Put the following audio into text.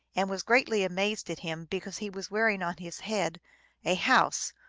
and was greatly amazed at him because he was bearing on his head a house,